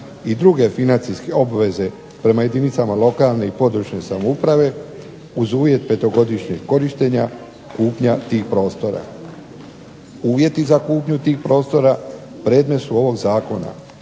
i druge financijske obveze prema jedinicama lokalne i područne samouprave uz uvjet petogodišnjeg korištenja kupnja tih prostora. Uvjeti za kupnju tih prostora predmet su ovog Zakona,